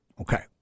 Okay